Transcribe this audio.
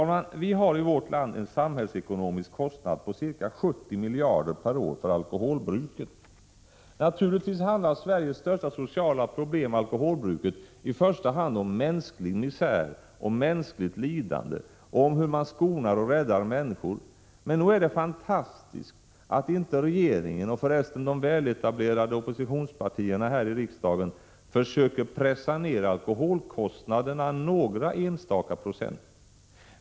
Vi har i vårt land en samhällsekonomisk kostnad på ca 70 miljarder per år för alkoholbruket. Naturligtvis handlar Sveriges största sociala problem, alkoholbruket, i första hand om mänsklig misär och mänskligt lidande och om hur man skonar och räddar människor, men nog är det fantastiskt att inte regeringen och förresten de väletablerade oppositionspartierna här i riksdagen försöker pressa ned alkoholkostnaderna några enstaka procent.